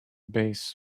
base